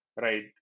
right